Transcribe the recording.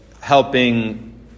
helping